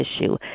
issue